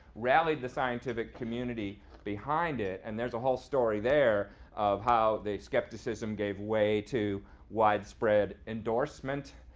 rallied the scientific community behind it. and there's a whole story there of how the skepticism gave way to widespread endorsement.